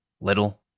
Little